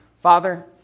Father